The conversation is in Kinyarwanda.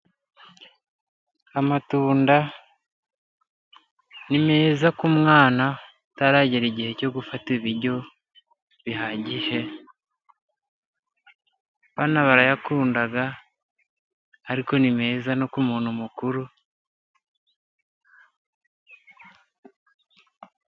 Amatunda ni meza ku mwana utaragera igihe cyo gufata ibiryo bihagije, abana barayakunda ariko ni meza no ku muntu mukuru.